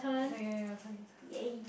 ya ya ya Chinatown